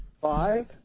five